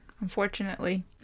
unfortunately